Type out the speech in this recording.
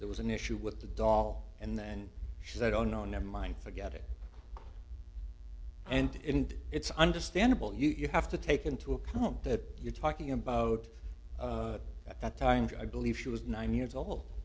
there was an issue with the dall and then she said oh no never mind forget it and it's understandable you have to take into account that you're talking about at that time i believe she was nine years